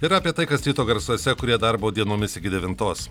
ir apie tai kas ryto garsuose kurie darbo dienomis iki devintos